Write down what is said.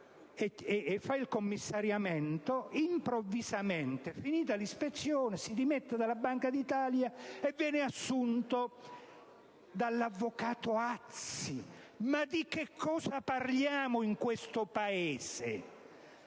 il commissariamento, improvvisamente, finita l'ispezione, si dimette dalla Banca d'Italia e viene assunto dall'avvocato Azzi. Di cosa parliamo in questo Paese?